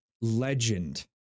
legend